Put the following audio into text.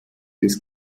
des